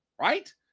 right